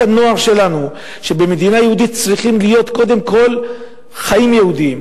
הנוער שלנו שבמדינה יהודית צריכים להיות קודם כול חיים יהודיים,